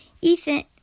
Ethan